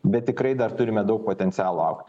bet tikrai dar turime daug potencialo augti